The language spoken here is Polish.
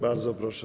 Bardzo proszę.